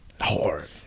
Hard